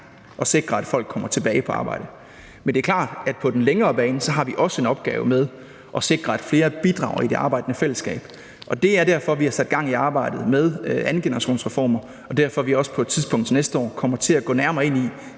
at sikre, at folk kommer tilbage på arbejdet. Men det er klart, at på den længere bane har vi også en opgave med at sikre, at flere bidrager i det arbejdende fællesskab. Det er derfor, vi har sat gang i arbejdet med andengenerationsreformer, og det er derfor, vi også på et tidspunkt til næste år kommer til at gå nærmere ind i,